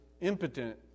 impotent